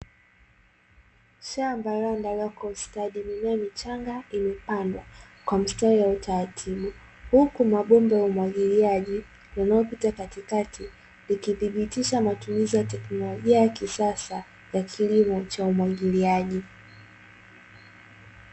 Shamba lililoandaliwa kwa ustadi mimea michanga imepandwa kwa mistari yenye utaratibu, huku mabomba yamepita katikati ikithibitisha matumizi ya teknolojia ya kisasa ya kilimo cha umwagiliaji.